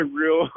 real